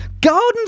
garden